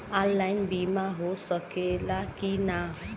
Online बीमा हो सकेला की ना?